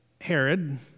Herod